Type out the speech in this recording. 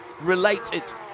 related